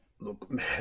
Look